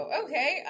okay